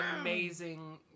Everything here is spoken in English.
amazing